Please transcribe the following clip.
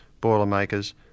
boilermakers